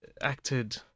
acted